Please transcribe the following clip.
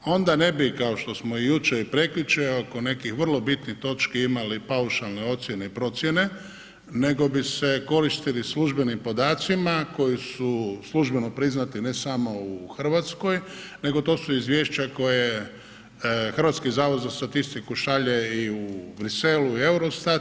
Onda ne bi kao što smo jučer i prekjučer oko nekih vrlo bitnih točki imali paušalne ocjene i procjene, nego bi se koristili službenim podacima koji su službeno priznati ne samo u Hrvatskoj nego to su izvješća koje Hrvatski zavod za statistiku šalje i u Brisel, u Eurostat.